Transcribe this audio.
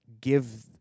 give